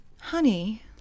Honey